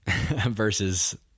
versus